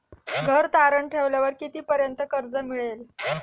घर तारण ठेवल्यावर कितीपर्यंत कर्ज मिळेल?